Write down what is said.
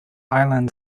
island